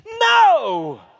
no